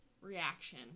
reaction